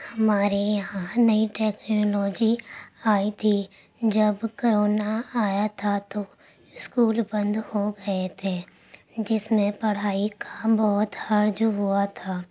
ہمارے یہاں نئی ٹیکنالوجی آئی تھی جب کرونا آیا تھا تو اسکول بند ہو گئے تھے جس میں پڑھائی کا بہت حرج ہوا تھا